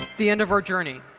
the end of our journey.